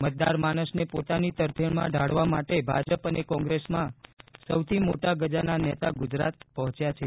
મતદાર માનસને પોતાની તરફેજ઼ામાં ઢાળવા માટે ભાજપ અને કોંગ્રેસમાં સૌથી મોટા ગજાના નેતા ગુજરાત પહોંચ્યા છે